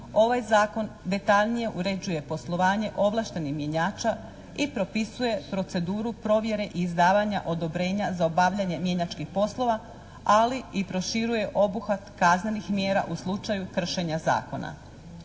ovaj zakon detaljnije uređuje poslovanje ovlaštenih mjenjača i propisuje proceduru provjere i izdavanja odobrenja za obavljanje mjenjačkih poslova ali i proširuje obuhvat kaznenih mjera u slučaju kršenja zakona.